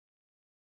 join ah